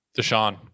Deshaun